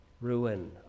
ruin